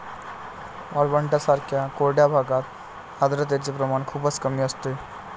वाळवंटांसारख्या कोरड्या भागात आर्द्रतेचे प्रमाण खूपच कमी असते